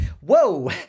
Whoa